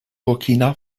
burkina